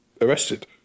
arrested